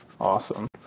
awesome